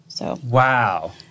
Wow